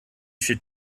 should